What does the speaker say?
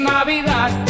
Navidad